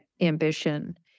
ambition